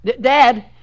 Dad